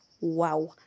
Wow